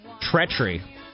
Treachery